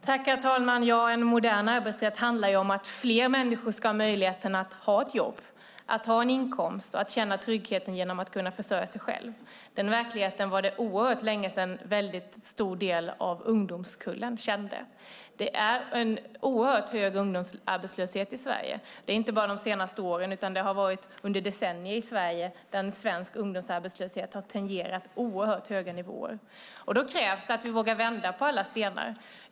Herr talman! En modern arbetsrätt handlar om att fler människor ska ha möjlighet att ha ett jobb och en inkomst och kunna känna trygghet genom att kunna försörja sig själv. Den verkligheten var det oerhört länge sedan en väldigt stor del av ungdomskullen kände. Det är en oerhört hög ungdomsarbetslöshet i Sverige. Och det har inte bara varit så under de senaste åren, utan den svenska ungdomsarbetslösheten har under decennier tangerat oerhört höga nivåer. Då krävs att vi vågar vända på alla stenar.